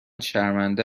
شرمنده